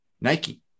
Nike